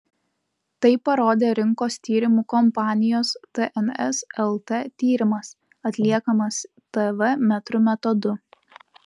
tai parodė rinkos tyrimų kompanijos tns lt tyrimas atliekamas tv metrų metodu